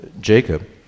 Jacob